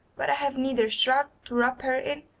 but i have neither shroud to wrap her in,